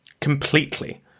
Completely